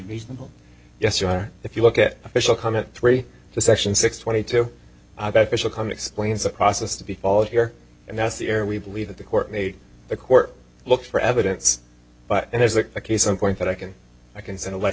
reasonable yes you are if you look at official comment three to section six twenty two that fish will come explains the process to be followed here and that's the air we believe that the court made the court look for evidence but there's a case in point that i can i can send a letter